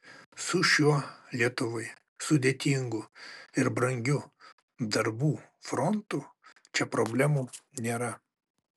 su šiuo lietuvai sudėtingu ir brangiu darbų frontu čia problemų nėra